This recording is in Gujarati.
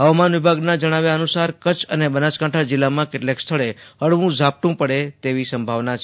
હવામાન વિભાગના જણાવ્યા અનુસાર કચ્છ અને બનાસકાંઠા જિલ્લામાં કેટલાક સ્થળે હળવુ ઝાપટુ પડે તેવી શક્યતા છે